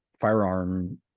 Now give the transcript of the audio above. firearm